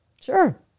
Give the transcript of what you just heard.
Sure